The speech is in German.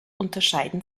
unterscheiden